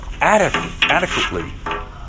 adequately